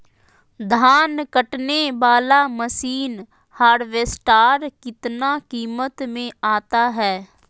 धान कटने बाला मसीन हार्बेस्टार कितना किमत में आता है?